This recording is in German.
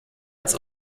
als